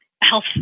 health